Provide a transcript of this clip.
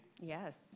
Yes